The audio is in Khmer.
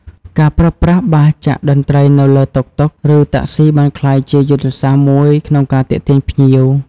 ការប្រើប្រាស់បាសចាក់តន្ត្រីនៅលើតុកតុក ឬតាក់ស៊ីបានក្លាយជាយុទ្ធសាស្ត្រមួយក្នុងការទាក់ទាញភ្ញៀវ។